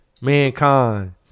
mankind